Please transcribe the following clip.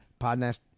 podcast